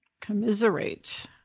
Commiserate